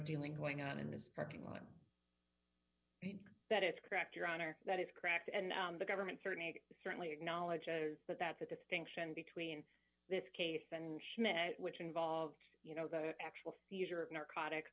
dealing going on in this parking lot that is correct your honor that is correct and the government certainly certainly acknowledges that that's a distinction between this case and schmidt which involves you know the actual seizure of narcotics